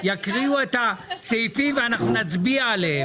יקריאו את הסעיפים ואנחנו נצביע עליהם.